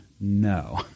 no